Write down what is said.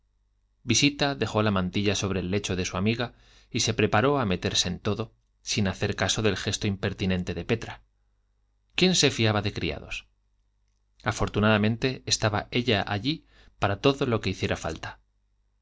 visita dejó la mantilla sobre el lecho de su amiga y se preparó a meterse en todo sin hacer caso del gesto impertinente de petra quién se fiaba de criados afortunadamente estaba ella allí para todo lo que hiciera falta